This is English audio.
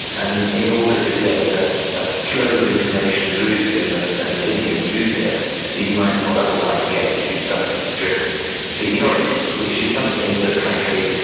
and in order to get to get a flow of information through to him and and opinion through to him he might not otherwise get if he stuck to strict seniority. which is something that frankly,